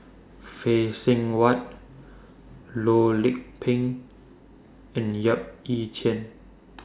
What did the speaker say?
Phay Seng Whatt Loh Lik Peng and Yap Ee Chian